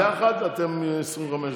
ביחד אתם 25 דקות.